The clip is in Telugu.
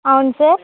అవును సార్